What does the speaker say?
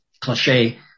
cliche